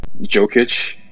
Jokic